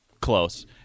close